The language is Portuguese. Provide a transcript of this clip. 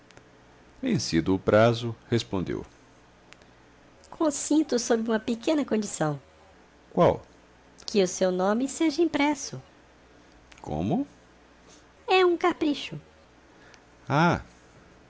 o prazo respondeu consinto sob uma pequena condição qual que o seu nome seja impresso como é um capricho ah